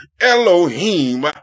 Elohim